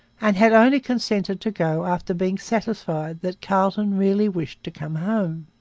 and had only consented to go after being satisfied that carleton really wished to come home.